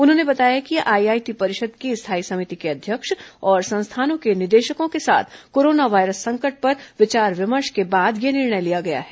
उन्होंने बताया कि आईआईटी परिषद की स्थायी समिति के अध्यक्ष और संस्थानों के निदेशकों के साथ कोरोना वायरस संकट पर विचार विमर्श के बाद यह निर्णय लिया गया है